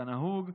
כנהוג.